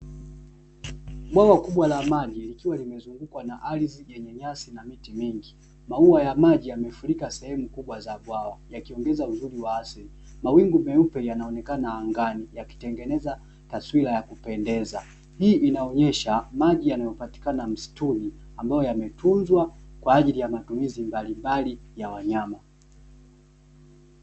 Bwawa kubwa la maji likiwa limezungukwa na ardhi yenye nyasi na miti mingi. Maua ya maji yamefurika sehemu kubwa za bwawa, yakiongeza uzuri wa asili. Mawingu meupe yanaonekana angani yakitengeneza taswira ya kupendeza. Hii inaonyesha maji yanayopatikana msituni, ambayo yametunzwa kwa ajili ya matumizi mbalimbali ya wanyama.